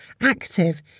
active